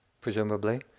presumably